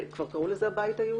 יושב-ראש הבית היהודי,